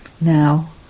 Now